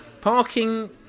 parking